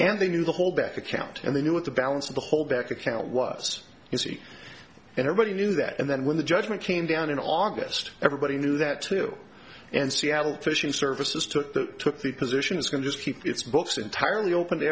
and they knew the whole back account and they knew what the balance of the whole back account was easy and everybody knew that and then when the judgment came down in august everybody knew that too and seattle phishing services to took the position it's going to keep its books entirely open to